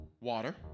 water